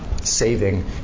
saving